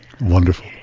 Wonderful